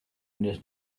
nearest